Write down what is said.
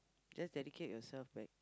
just dedicate yourself back